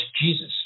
Jesus